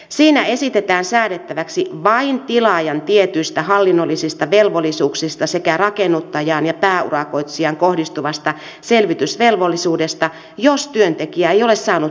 siinä esitetään säädettäväksi vain tilaajan tietyistä hallinnollisista velvollisuuksista sekä rakennuttajaan ja pääurakoitsijaan kohdistuvasta selvitysvelvollisuudesta jos työntekijä ei ole saanut palkkaansa